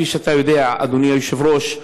כפי שאתה יודע, אדוני היושב-ראש,